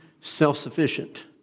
self-sufficient